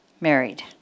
married